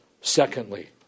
Secondly